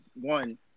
One